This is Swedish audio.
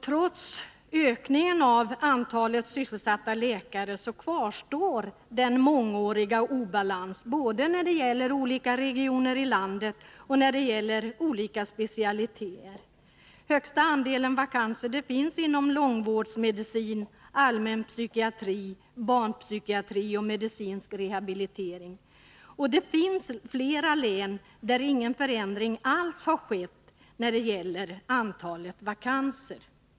Trots ökningen av antalet sysselsatta läkare kvarstår den mångåriga obalansen både när det gäller olika regioner i landet och när det gäller olika specialiteter. Högsta andelen vakanser finns inom långvårdsmedicin, allmän psykiatri, barnpsykiatri och medicinsk rehabilitering. I flera län har ingen förändring alls skett av antalet vakanser.